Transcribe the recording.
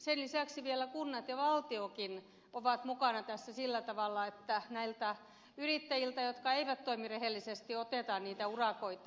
sen lisäksi vielä kunnat ja valtiokin ovat mukana tässä sillä tavalla että näiltä yrittäjiltä jotka eivät toimi rehellisesti otetaan niitä urakoita